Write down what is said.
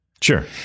Sure